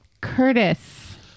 Curtis